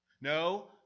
No